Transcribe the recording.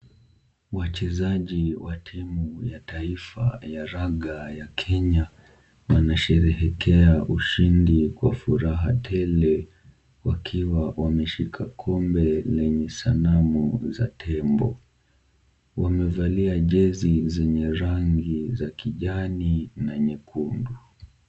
Wachezaji wa timu ya taifa ya raga ya Kenya wanasherehekea ushindi kwa furaha tele, wakiwa wameshika kombe lenye sanamu za tembo. Wamevalia jezi zenye rangi za kijani na nyekundu.